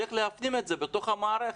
וצריך להפנים את זה בתוך המערכת.